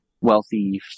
wealthy